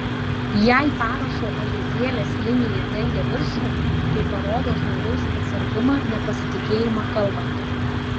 jei parašo uodegėlės linija dengia viršų tai parodo žmogaus atsargumą nepasitikėjimą kalbant